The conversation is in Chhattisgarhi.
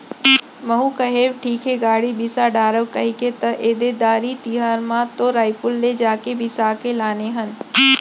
महूँ कहेव ठीक हे गाड़ी बिसा डारव कहिके त ऐदे देवारी तिहर म तो रइपुर ले जाके बिसा के लाने हन